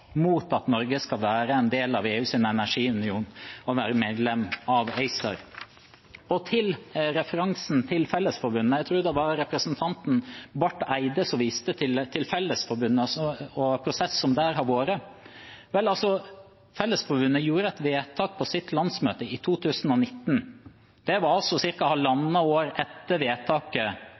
mot at Norge skal være en del av EUs energiunion, og være medlem av ACER. Og til referansen til Fellesforbundet – jeg tror det var representanten Barth Eide som viste til Fellesforbundet og den prosessen som har vært der: Vel, Fellesforbundet gjorde et vedtak på sitt landsmøte i 2019. Det var ca. halvannet år etter at vedtaket